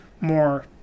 more